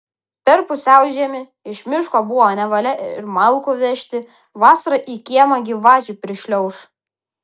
per pusiaužiemį iš miško buvo nevalia ir malkų vežti vasarą į kiemą gyvačių prišliauš